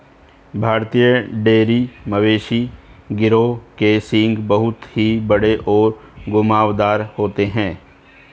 भारतीय डेयरी मवेशी गिरोह के सींग बहुत ही बड़े और घुमावदार होते हैं